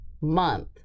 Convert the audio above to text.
month